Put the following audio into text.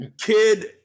kid